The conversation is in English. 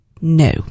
no